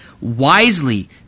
wisely